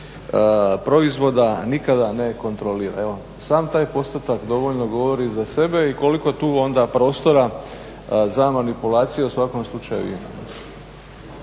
proizvoda nikada ne kontrolira. Evo sam taj postotak dovoljno govori za sebe i koliko tu onda prostora za manipulaciju u svakom slučaju ima.